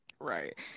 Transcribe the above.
Right